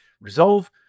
Resolve